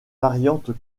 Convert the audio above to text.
variantes